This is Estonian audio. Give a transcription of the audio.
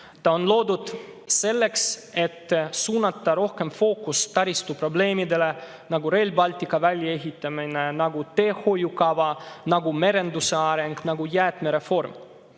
Ta on loodud selleks, et suunata fookus rohkem taristuprobleemidele, nagu Rail Balticu väljaehitamine, teehoiukava, merenduse areng ja jäätmereform.